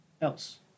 else